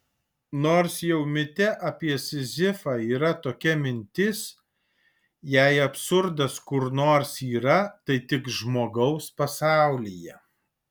nors jau mite apie sizifą yra tokia mintis jei absurdas kur nors yra tai tik žmogaus pasaulyje